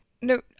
No